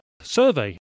survey